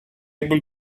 able